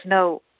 no